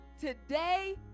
today